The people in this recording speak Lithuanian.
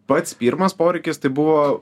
pats pirmas poreikis tai buvo